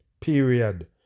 Period